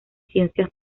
ciencias